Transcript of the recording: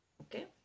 Okay